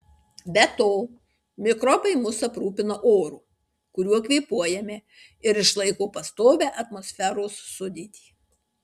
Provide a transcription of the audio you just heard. be to mikrobai mus aprūpina oru kuriuo kvėpuojame ir išlaiko pastovią atmosferos sudėtį